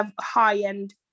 high-end